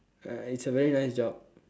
ah it's a very nice job